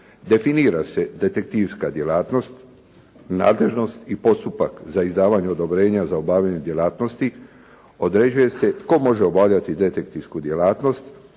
definira se detektivska djelatnost, nadležnost i postupak za izdavanje odobrenja za obavljanje djelatnosti, određuje se tko može obavljati detektivsku djelatnost,